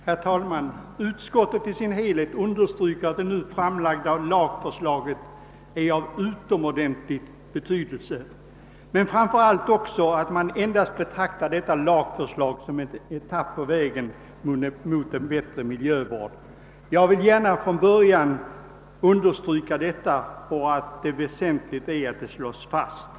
Herr talman! Utskottet i sin helhet understryker att det nu framlagda lagförslaget är av utomordentlig betydelse men också att man endast betraktar detta lagförslag som en etapp på vägen mot en bättre miljövård. Jag vill gärna från början framhålla att det är väsentligt att detta slås fast.